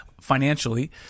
financially